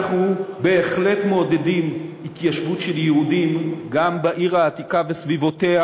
אנחנו בהחלט מעודדים התיישבות של יהודים גם בעיר העתיקה וסביבותיה,